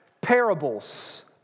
parables